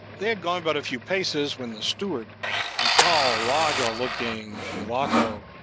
they had gone but a few paces, when the steward a tall, rajah-looking mulatto,